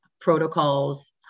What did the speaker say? protocols